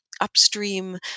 upstream